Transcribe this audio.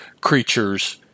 creatures